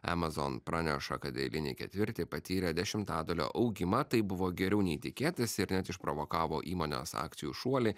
amazon praneša kad eilinį ketvirtį patyrė dešimtadalio augimą tai buvo geriau nei tikėtasi ir net išprovokavo įmonės akcijų šuolį